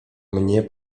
mnie